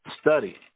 Study